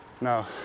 No